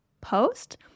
post